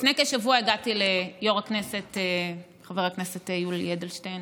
לפני כשבוע הגעתי ליו"ר הכנסת חבר הכנסת יולי אדלשטיין